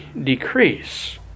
decrease